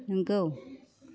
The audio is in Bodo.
नंगौ